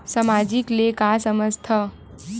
सामाजिक ले का समझ थाव?